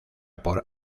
por